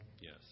Yes